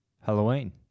Halloween